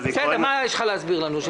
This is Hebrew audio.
מה יש לך להסביר לנו?